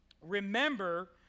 remember